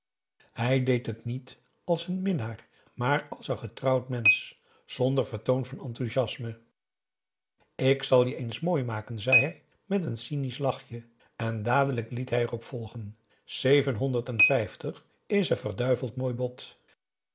hij deed het niet als een minnaar maar als een getrouwd mensch zonder vertoon van enthusiasme ik zal je eens mooi maken zei hij met een cynisch lachje en dadelijk liet hij erop volgen zeven honderd en vijftig is een verduiveld mooi bod